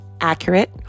accurate